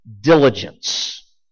diligence